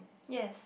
yes